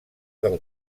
del